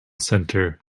center